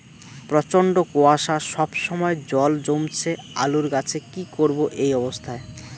প্রচন্ড কুয়াশা সবসময় জল জমছে আলুর গাছে কি করব এই অবস্থায়?